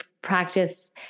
Practice